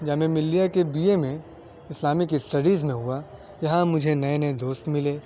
جامعہ ملّیہ کے B A میں Islamic studies میں ہوا جہاں مجھے نئے نئے دوست ملے